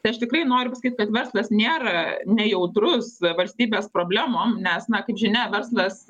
tai aš tikrai noriu pasakyt kad verslas nėra nejautrus valstybės problemom nes na kaip žinia verslas